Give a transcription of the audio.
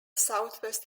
southwest